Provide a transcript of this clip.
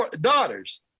daughters